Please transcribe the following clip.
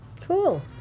cool